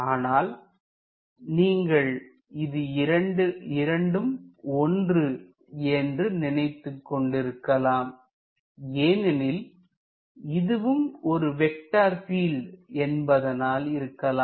ஆனால் நீங்கள் இது இரண்டும் ஒன்று என்று நினைத்துக் கொண்டிருக்கலாம் ஏனெனில் இதுவும் ஒரு வெக்டர் பீல்ட் என்பதனால் இருக்கலாம்